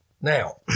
Now